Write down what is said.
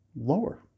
lower